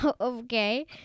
Okay